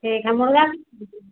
ठीक है मुर्गा